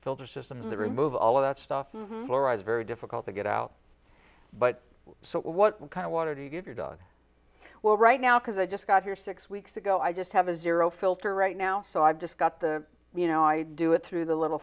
filter system to remove all of that stuff memorized very difficult to get out but so what kind of water do you give your dog well right now because i just got here six weeks ago i just have a zero filter right now so i've just got the you know i do it through the little